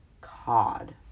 Cod